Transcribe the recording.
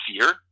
fear